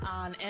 on